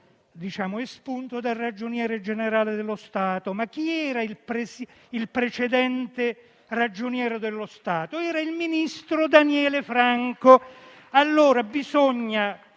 è stata espunta dal Ragioniere generale dello Stato. Ma chi era il precedente Ragioniere dello Stato? Era il ministro Daniele Franco. Allora bisogna